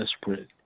desperate